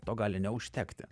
to gali neužtekti